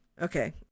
Okay